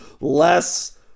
Less